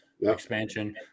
expansion